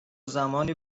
زمانی